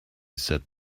said